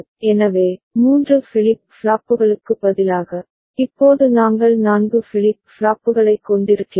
எனவே மூன்று ஃபிளிப் ஃப்ளாப்புகளுக்கு பதிலாக இப்போது நாங்கள் நான்கு ஃபிளிப் ஃப்ளாப்புகளைக் கொண்டிருக்கிறோம்